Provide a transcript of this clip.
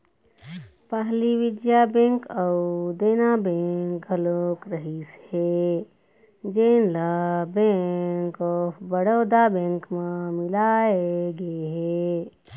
पहली विजया बेंक अउ देना बेंक घलोक रहिस हे जेन ल बेंक ऑफ बड़ौदा बेंक म मिलाय गे हे